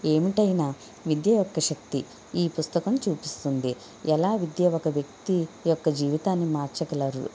ఏమైనా విద్య యొక్క శక్తి ఈ పుస్తకం చూపిస్తుంది ఎలా విద్యా ఒక వ్యక్తి యొక్క జీవితాన్ని మార్చగలదు